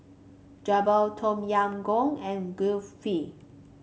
Jokbal Tom Yam Goong and Kulfi